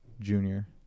Junior